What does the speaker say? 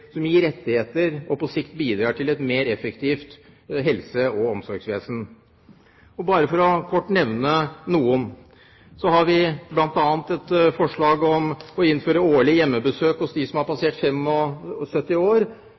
som gir rettigheter og som på sikt bidrar til et mer effektivt helse- og omsorgsvesen. For bare kort å nevne noen: Vi har bl.a. et forslag om å innføre årlige hjemmebesøk hos dem som har passert 75 år.